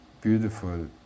beautiful